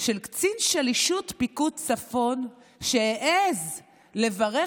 של קצין שלישות פיקוד צפון שהעז לברך